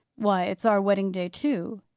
why, it's our wedding-day too,